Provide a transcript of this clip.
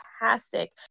fantastic